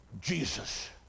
Jesus